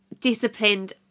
disciplined